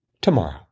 tomorrow